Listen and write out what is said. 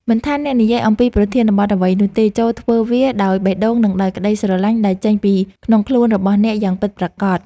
មិនថាអ្នកនិយាយអំពីប្រធានបទអ្វីនោះទេចូរធ្វើវាដោយបេះដូង និងដោយក្តីស្រឡាញ់ដែលចេញពីក្នុងខ្លួនរបស់អ្នកយ៉ាងពិតប្រាកដ។